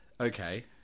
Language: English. Okay